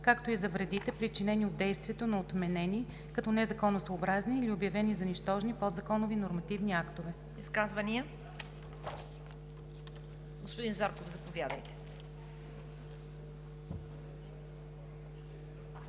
„както и за вредите, причинени от действието на отменени като незаконосъобразни или обявени за нищожни подзаконови нормативни актове.“ ПРЕДСЕДАТЕЛ ЦВЕТА КАРАЯНЧЕВА: Изказвания? Господин Зарков, заповядайте.